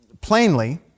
plainly